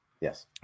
Yes